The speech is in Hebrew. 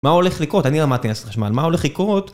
מה הולך לקרות? אני למדתי הנדסת חשמל... מה הולך לקרות?